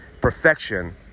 perfection